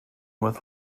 with